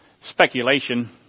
speculation